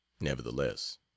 nevertheless